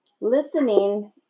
listening